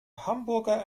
hamburger